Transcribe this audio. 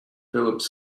phillips